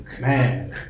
man